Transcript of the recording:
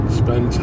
spend